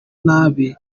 nabi